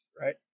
right